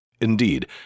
Indeed